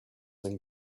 and